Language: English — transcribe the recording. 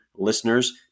Listeners